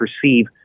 perceive